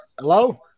Hello